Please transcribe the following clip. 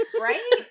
Right